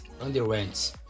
underwent